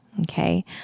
okay